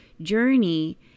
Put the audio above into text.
journey